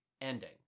ending